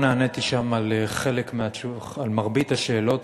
לא נעניתי שם על מרבית השאלות,